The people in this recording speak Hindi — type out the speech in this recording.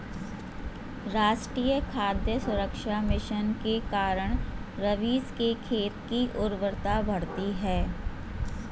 राष्ट्रीय खाद्य सुरक्षा मिशन के कारण रवीश के खेत की उर्वरता बढ़ी है